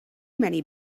many